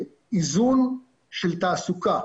איזון של תעסוקה